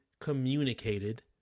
communicated